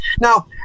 Now